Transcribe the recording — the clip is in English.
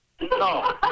No